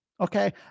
Okay